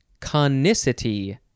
Conicity